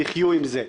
תחיו עם זה,